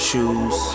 Shoes